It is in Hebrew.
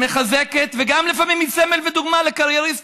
שמחזקת, וגם לפעמים היא סמל ודוגמה לקרייריסטית.